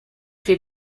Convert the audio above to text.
fait